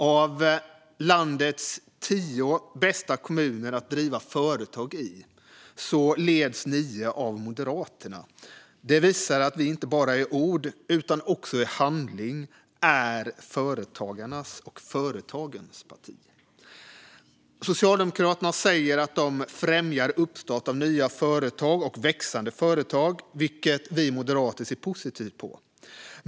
Av landets tio bästa kommuner att driva företag i leds nio av Moderaterna. Det visar att vi inte bara i ord utan också i handling är företagarnas och företagens parti. Socialdemokraterna säger att de främjar uppstart av nya företag och växande företag, vilket vi moderater ser positivt på.